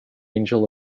angel